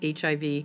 HIV